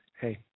Hey